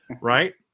right